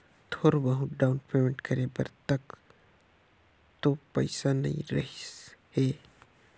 थोर बहुत down payment करे बर तक तो पइसा नइ रहीस हे